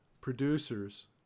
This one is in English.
producers